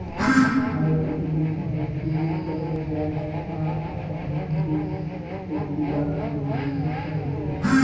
ভারত পৃথিবীত অনেক দুধ উৎপাদন দ্যাশ আর মাখনহীন দুধ ও গুঁড়া দুধ রপ্তানির দ্যাশ